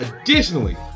additionally